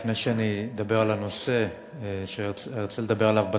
לפני שאדבר על הנושא שאני רוצה לדבר עליו בדקה,